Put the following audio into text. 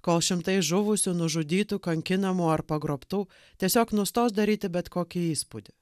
kol šimtai žuvusių nužudytų kankinamų ar pagrobtų tiesiog nustos daryti bet kokį įspūdį